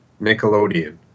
Nickelodeon